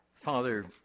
Father